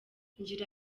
ngira